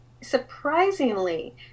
surprisingly